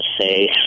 say